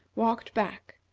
walked back,